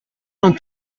non